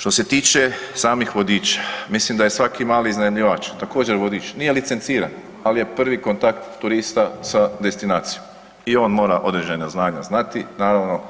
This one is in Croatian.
Što se tiče samih vodiča, mislim da je svaki mali iznajmljivač također vodič, nije licenciran, ali je prvi kontakt turista sa destinacijom i on mora određena znanja znati, naravno